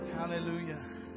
Hallelujah